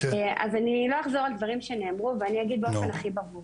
אז אני לא אחזור על דברים שנאמרו ואני אגיד באופן הכי ברור,